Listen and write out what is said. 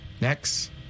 Next